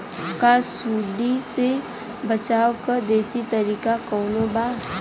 का सूंडी से बचाव क देशी तरीका कवनो बा?